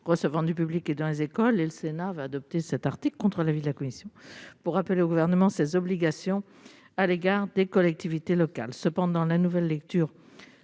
recevant du public et dans les écoles. Le Sénat avait adopté cet article, contre l'avis de la commission, pour rappeler au Gouvernement ses obligations à l'égard des collectivités locales. La commission estime